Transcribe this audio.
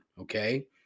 Okay